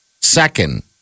second